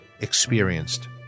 experienced